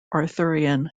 arthurian